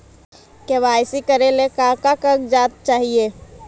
KYC करे ला का का कागजात चाही?